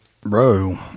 Bro